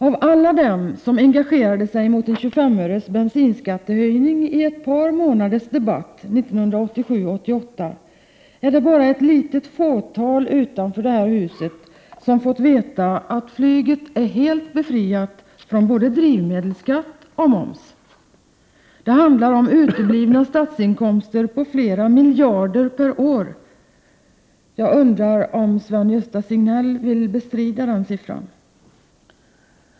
Av alla dem som under ett par månaders debatt 1987-1988 engagerade sig mot en 25-öres bensinskattehöjning är det bara ett fåtal utanför riksdagshuset som vet att flyget är befriat från både drivmedelsskatt och moms. Det handlar om uteblivna statsinkomster på flera miljarder per år. Jag undrar om Sven-Gösta Signell vill bestrida den siffran.